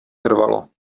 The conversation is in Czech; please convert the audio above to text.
trvalo